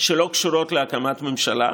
שלא קשורים להקמת ממשלה.